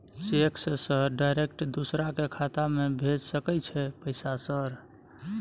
Cheque से sir direct दूसरा के खाता में भेज सके छै पैसा सर?